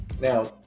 Now